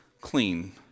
clean